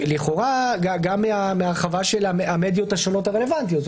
לכאורה גם מהרחבה של המדיות השונות הרלוונטיות.